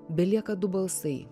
belieka du balsai